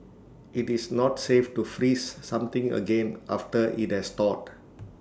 IT is not safe to freeze something again after IT has thawed